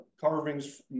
carvings